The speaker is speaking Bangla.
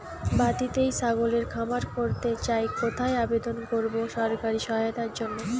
বাতিতেই ছাগলের খামার করতে চাই কোথায় আবেদন করব সরকারি সহায়তার জন্য?